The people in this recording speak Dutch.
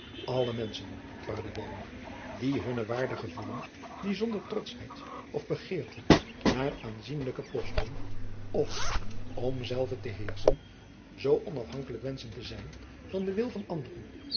alle menschen vader werner die hunne waarde gevoelen die zonder trotschheid of begeerte naar aanzienlijke posten of om zelve te heerschen zoo onafhankelijk wenschen te zijn van den wil van anderen